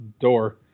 door